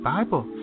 Bible